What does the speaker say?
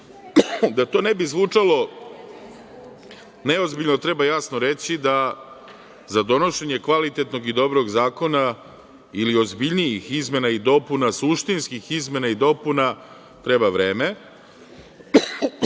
da to ne bi zvučalo neozbiljno treba jasno reći da za donošenje kvalitetnog i dobrog zakona ili ozbiljnijih izmena i dopuna, suštinskih izmena i dopuna treba vreme,